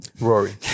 Rory